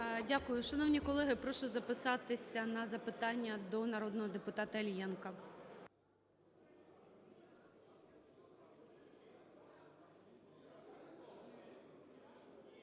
Дякую. Шановні колеги, прошу записатися на запитання до народного депутата Іллєнка.